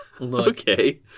Okay